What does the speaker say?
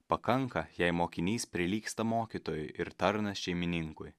pakanka jei mokinys prilygsta mokytojui ir tarnas šeimininkui